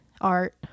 art